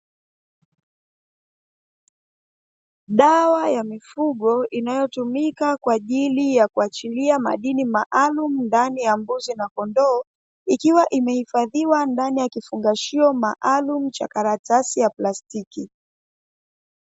Dawa ya mifugo inayotumika kwa ajili ya kuachilia madini maalumu ndani ya mbuzi na kondoo, ikiwa imehifadhiwa ndani ya kifungashio maalumu cha karatasi ya plastiki.